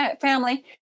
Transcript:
family